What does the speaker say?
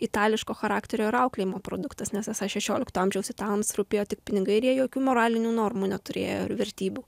itališko charakterio ir auklėjimo produktas nes esą šešiolikto amžiaus italams rūpėjo tik pinigai ir jie jokių moralinių normų neturėjo ir vertybių